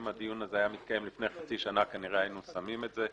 אם הדיון הזה היה מתקיים לפני חצי שנה כנראה היינו שמים את זה.